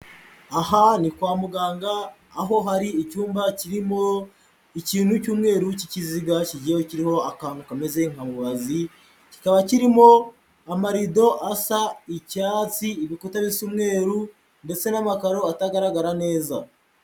Aha ni kwa muganga aho hari icyumba kirimo ikintu cy'umweru cy'ikiziga kigiye kiriho akantu kameze nka mubazi, kikaba kirimo amarido asa icyatsi, ibikuta bisa umweru ndetse n'amakaro atagaragara neza.